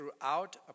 throughout